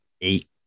eight